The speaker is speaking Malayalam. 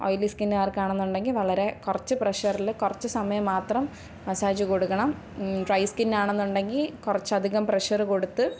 ഓയിലി സ്കിന്നുകാർക്ക് ആണെന്നുണ്ടെങ്കിൽ വളരെ കുറച്ച് പ്രഷറിൽ കുറച്ചുസമയം മാത്രം മസാജ് കൊടുക്കണം ഡ്രൈ സ്കിന്നാണെന്നുണ്ടെങ്കിൽ കുറച്ചധികം പ്രഷറ് കൊടുത്ത്